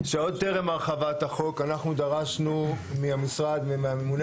שעוד טרם הרחבת החוק אנחנו דרשנו מהמשרד ומהממונה